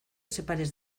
separes